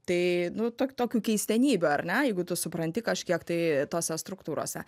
tai nu to tokių keistenybių ar ne jeigu tu supranti kažkiek tai tose struktūrose